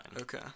okay